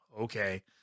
Okay